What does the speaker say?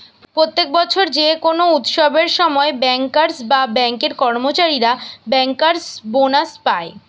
প্রত্যেক বছর যে কোনো উৎসবের সময় বেঙ্কার্স বা বেঙ্ক এর কর্মচারীরা বেঙ্কার্স বোনাস পায়